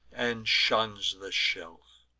and shuns the shelf.